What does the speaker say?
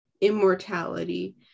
immortality